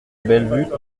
bellevue